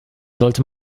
sollte